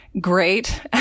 great